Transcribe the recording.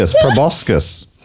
Proboscis